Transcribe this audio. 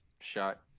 shot